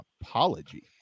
apology